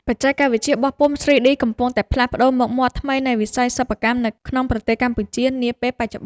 បច្ចេកវិទ្យាបោះពុម្ព 3D កំពុងតែផ្លាស់ប្តូរមុខមាត់ថ្មីនៃវិស័យសិប្បកម្មនៅក្នុងប្រទេសកម្ពុជានាពេលបច្ចុប្បន្ន។